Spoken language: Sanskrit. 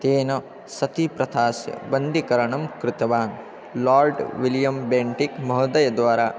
तेन सतिप्रथास्य बन्धीकरणं कृतवान् लार्ड् विलियं बेण्टिक् महोदयद्वारा